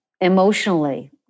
emotionally